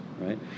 right